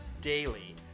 daily